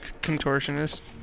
Contortionist